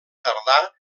tardà